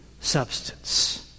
substance